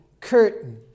curtain